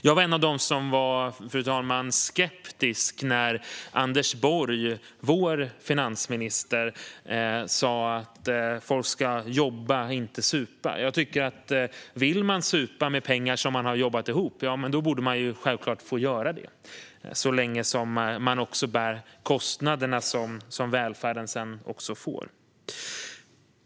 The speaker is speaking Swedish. Jag var en av dem, fru talman, som var skeptiska när Anders Borg, vår finansminister, sa att folk ska jobba och inte supa. Vill man supa för pengar som man har jobbat ihop borde man självklart få göra det, tycker jag, så länge som man också bär kostnaderna som välfärden sedan får.